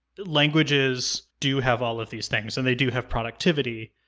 languages do have all of these things, and they do have productivity.